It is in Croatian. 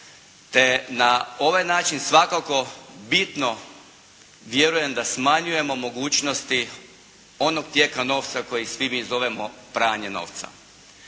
na ovaj način svakako bitno vjerujem da smanjujemo mogućnosti onog tijela novca kojeg svi mi zovemo pranje novca.